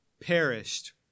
perished